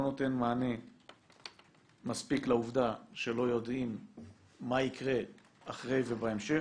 לא נותן מענה מספיק לעובדה שלא יודעים מה יקרה אחרי ובהמשך.